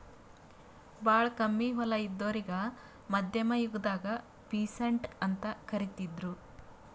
ಭಾಳ್ ಕಮ್ಮಿ ಹೊಲ ಇದ್ದೋರಿಗಾ ಮಧ್ಯಮ್ ಯುಗದಾಗ್ ಪೀಸಂಟ್ ಅಂತ್ ಕರಿತಿದ್ರು